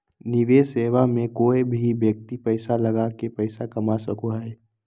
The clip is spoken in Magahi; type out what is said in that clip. निवेश सेवा मे कोय भी व्यक्ति पैसा लगा के पैसा कमा सको हय